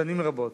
שנים רבות.